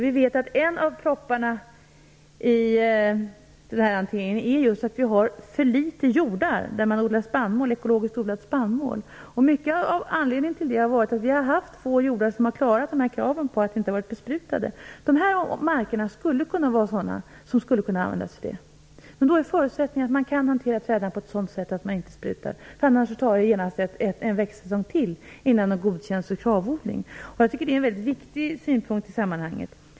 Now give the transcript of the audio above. Vi vet att en av propparna i denna hantering är att vi har för få jordar där man odlar ekologiskt odlat spannmål. En av anledningarna till det är att vi har haft få jordar som har klarat kraven på att inte ha varit besprutade. Dessa marker skulle kunna användas till KRAV odling, men då är förutsättningen att man kan hantera trädorna på ett sådant sätt att man inte behöver spruta. Annars tar det genast en växtsäsong till innan de godkänns för KRAV-odling. Jag tycker att det är en väldigt viktig synpunkt i sammanhanget.